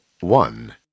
one